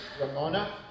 Ramona